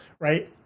right